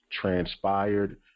transpired